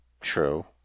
True